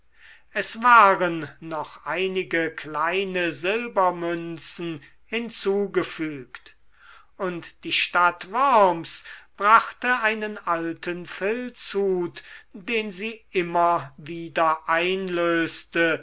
es waren noch einige kleine silbermünzen hinzugefügt und die stadt worms brachte einen alten filzhut den sie immer wieder einlöste